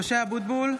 (קוראת בשמות חברי הכנסת) משה אבוטבול,